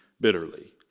bitterly